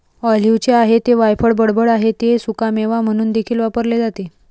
ऑलिव्हचे आहे ते वायफळ बडबड आहे ते सुकामेवा म्हणून देखील वापरले जाते